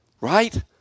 right